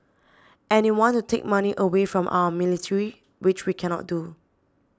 and they want to take money away from our military which we cannot do